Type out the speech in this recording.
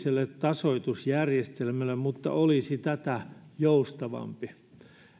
esityksen jälkeen nykyiselle tasoitusjärjestelmälle mutta olisi tätä joustavampi